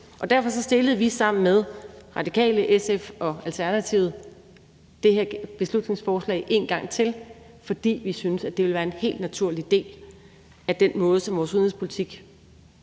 Derfor har vi sammen med Radikale, SF og Alternativet fremsat det her beslutningsforslag en gang til, og det har vi, fordi vi synes, at det ville være en helt naturlig del af den måde, som vores udenrigspolitik